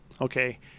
okay